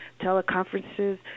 teleconferences